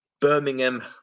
Birmingham